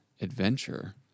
adventure